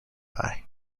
eye